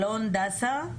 אלון דסה,